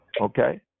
okay